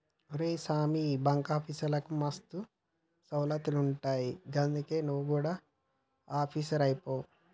ఒరే సామీ, బాంకాఫీసర్లకు మస్తు సౌలతులుంటయ్ గందుకే నువు గుడ ఆపీసరువైపో